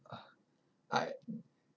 uh I